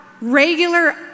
regular